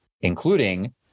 including